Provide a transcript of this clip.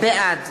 בעד